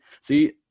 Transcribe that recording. see